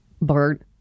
Bart